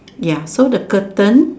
ya so the curtain